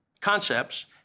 concepts